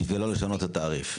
בשביל לא לשנות את התעריף.